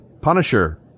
Punisher